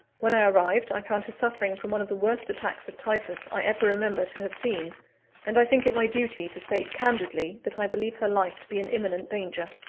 when i arrived, i found her suffering from one of the worst attacks of typhus i ever remember to have seen and i think it my duty to state candidly, that i believe her life to be in imminent danger.